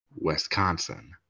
Wisconsin